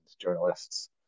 journalists